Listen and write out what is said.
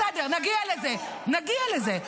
בסדר, נגיע לזה, נגיע לזה.